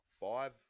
five